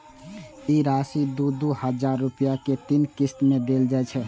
ई राशि दू दू हजार रुपया के तीन किस्त मे देल जाइ छै